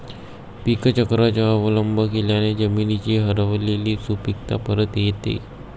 पीकचक्राचा अवलंब केल्याने जमिनीची हरवलेली सुपीकता परत येते